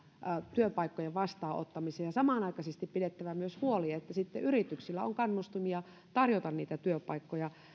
työpaikkojen vastaanottamiseen samanaikaisesti on pidettävä huoli myös siitä että sitten yrityksillä on kannustimia tarjota niitä työpaikkoja